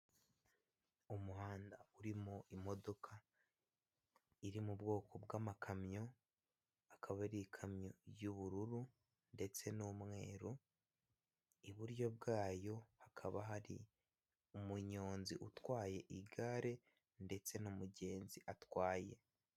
Umuhanda urimo imodoka iri mu bwoko bw'amakamyo, akaba ari ikamyo y'ubururu ndetse n'umweru. Iburyo bwayo hakaba hari umunyonzi utwaye igare ndetse n'umugenzi atwaye.